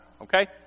Okay